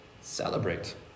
Celebrate